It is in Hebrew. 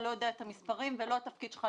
לא יודע את המספרים ואין התפקיד שלך לדעת.